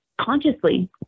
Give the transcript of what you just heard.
consciously